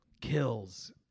kills